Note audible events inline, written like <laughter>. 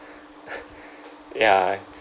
<laughs> ya